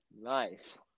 Nice